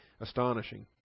astonishing